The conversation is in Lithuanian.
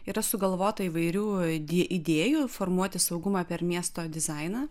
yra sugalvota įvairių id idėjų formuoti saugumą per miesto dizainą